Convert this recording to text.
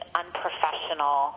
unprofessional